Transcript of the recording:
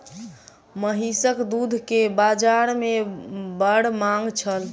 महीसक दूध के बाजार में बड़ मांग छल